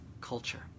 culture